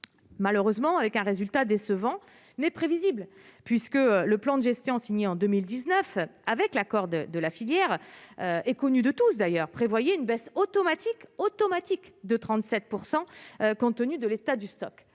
malheureusement avec un résultat décevant n'est prévisible, puisque le plan de gestion signée en 2019, avec l'accord de de la filière est connue de tous, d'ailleurs, prévoyait une baisse automatique Automatic de 37 %, compte tenu de l'état du stock